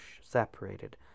separated